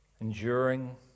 enduring